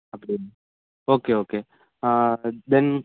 அப்படியா okay okay தென்